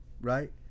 right